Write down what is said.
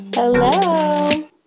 Hello